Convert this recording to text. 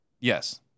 Yes